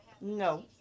No